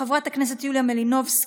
חברת הכנסת יוליה מלינובסקי,